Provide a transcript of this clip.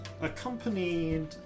accompanied